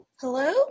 Hello